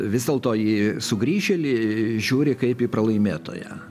vis dėlto į sugrįžėlį žiūri kaip į pralaimėtoją